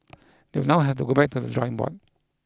they now have to go back to the drawing board